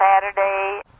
Saturday